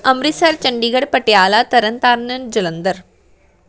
Amritsar Chandigarh Patiala Tarn Taran Jalandhar